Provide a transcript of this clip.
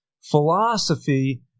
philosophy